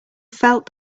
felt